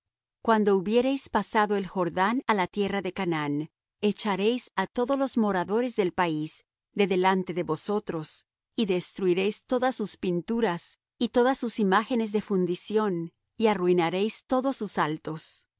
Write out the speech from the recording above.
cuando hubiereis pasado el jordán á la tierra de canaán echaréis á todos los moradores del país de delante de vosotros y destruiréis todas sus pinturas y todas sus imágenes de fundición y arruinaréis todos sus altos